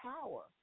power